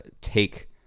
take